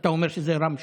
אתה אומר שזה רם שפע?